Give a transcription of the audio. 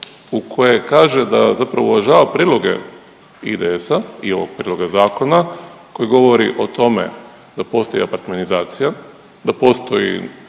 u koje kaže da zapravo uvažava prijedloge IDS-a i ovog prijedloga zakona koji govori o tome da postoji apartmanizacija, da postoji